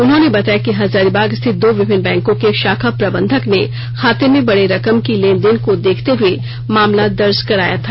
उन्होंने बताया कि हजारीबाग स्थित दो विभिन्न बैंकों के शाखा प्रबंधक ने खाते में बड़े रकम की लेन देन को देखते हए मामला दर्ज कराया था